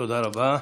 תודה רבה.